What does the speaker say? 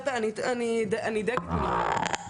אני די קיצונית,